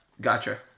Gotcha